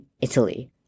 Italy